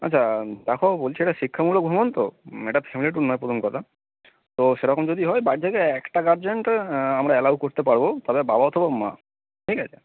আচ্ছা দেখো বলছি এটা শিক্ষামূলক ভোমণ তো এটা ফ্যামিলি ট্যুর নয় প্রথম কথা তো সেরকম যদি হয় বাড়ি থেকে একটা গার্জেনকে আমরা অ্যালাও করতে পারবো তবে বাবা অথবা মা ঠিক আছে